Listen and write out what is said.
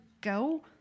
go